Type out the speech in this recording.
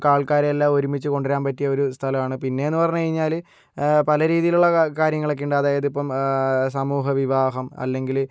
നമുക്കാൾക്കാരെയെല്ലാം ഒരുമിച്ച് കൊണ്ടുവരാൻ പറ്റിയ ഒരു സ്ഥലമാണ് പിന്നേന്ന് പറഞ്ഞ് കഴിഞ്ഞാല് പല രീതിയിലുള്ള ക കാര്യങ്ങളൊക്കെ ഉണ്ട് അതായതിപ്പം സമൂഹ വിവാഹം അല്ലെങ്കില്